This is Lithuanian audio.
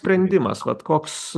sprendimas vat koks